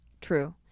true